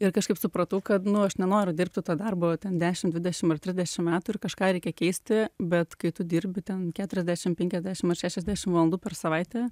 ir kažkaip supratau kad nu aš nenoriu dirbti to darbo ten dešimr dvidešimt ar trisdešimt metų ir kažką reikia keisti bet kai tu dirbi ten keturiasdešimt penkiasdešimt ar šešiasdešimt valandų per savaitę